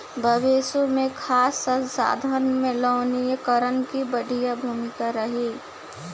भविष्य मे खाद्य संसाधन में लवणीकरण के बढ़िया भूमिका रही